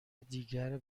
دیگر